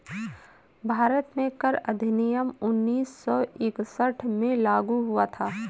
भारत में कर अधिनियम उन्नीस सौ इकसठ में लागू हुआ था